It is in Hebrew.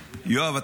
יואב,